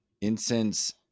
incense